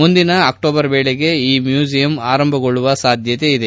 ಮುಂದಿನ ವರ್ಷದ ಅಕ್ಲೋಬರ್ ವೇಳೆಗೆ ಈ ಮ್ಲೂಸಿಯಂ ಆರಂಭಗೊಳ್ದುವ ಸಾಧ್ಯತೆ ಇದೆ